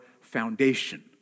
foundation